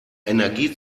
energie